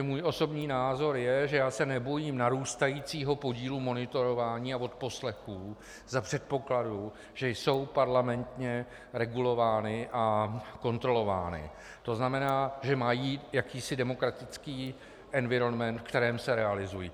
Můj osobní názor je, že já se nebojím narůstajícího podílu monitorování a odposlechů za předpokladu, že jsou parlamentně regulovány a kontrolovány, to znamená, že mají jakýsi demokratický environment, v kterém se realizují.